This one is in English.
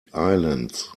islands